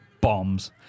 bombs